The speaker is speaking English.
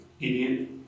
idiot